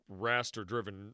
raster-driven